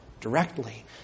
directly